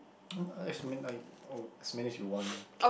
as many like oh as many as you want